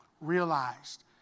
realized